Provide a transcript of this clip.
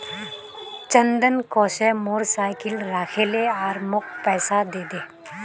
चंदन कह छ मोर साइकिल राखे ले आर मौक पैसा दे दे